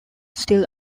still